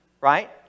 Right